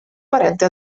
parente